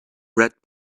red